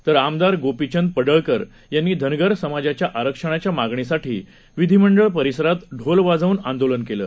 तरआमदारगोपीचंदपडळकरयांनीधनगरसमाजाच्याआरक्षणाच्यामागणीसाठीविधीमंडळपरिसरातढोलवाजवूनआंदोलनकेलं